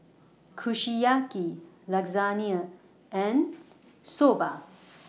Kushiyaki Lasagne and Soba